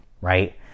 right